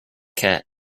cat